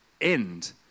end